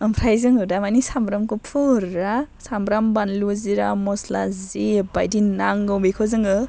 आमफ्राय जोङो दा मानि सामब्रामखौ फुरा सामब्राम बानलु जिरा मस्ला जेबायदि नांगौ बेखौ जोङो